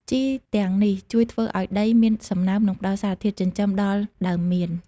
ជីទាំងនេះជួយធ្វើឱ្យដីមានសំណើម និងផ្តល់សារធាតុចិញ្ចឹមដល់ដើមមៀន។